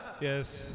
yes